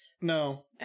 No